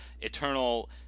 eternal